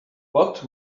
what